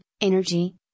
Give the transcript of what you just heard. energy